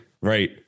right